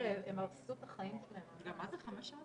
עד כמה שאני